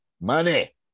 money